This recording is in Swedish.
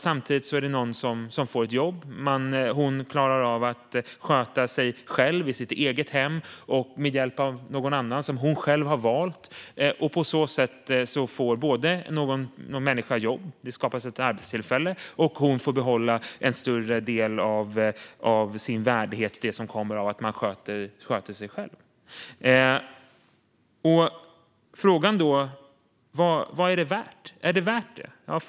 Samtidigt är det någon som får ett jobb. Hon klarar av att sköta sig själv i sitt eget hem med hjälp av någon annan som hon själv har valt. På så sätt får både en människa jobb - det skapas ett arbetstillfälle - och hon får behålla en större del av sin värdighet, den som kommer av att man sköter sig själv. Frågan är då: Är det värt det?